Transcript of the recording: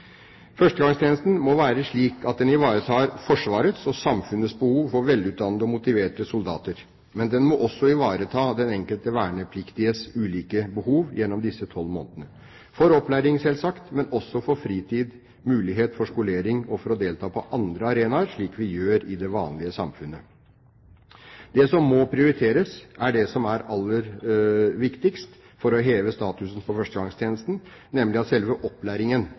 Førstegangstjenesten må være slik at den ivaretar Forsvarets og samfunnets behov for velutdannede og motiverte soldater. Men den må også ivareta den enkelte vernepliktiges ulike behov gjennom disse tolv månedene – for opplæring, selvsagt, men også for fritid, muligheter for skolering og for å delta på andre arenaer, slik vi gjør i det vanlige samfunnet. Det som må prioriteres, er det som er aller viktigst for å heve statusen på førstegangstjenesten, nemlig at selve opplæringen